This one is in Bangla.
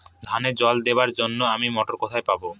ধানে জল দেবার জন্য আমি মটর কোথায় পাবো?